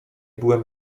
byłem